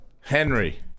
Henry